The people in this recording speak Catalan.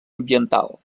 ambiental